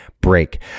break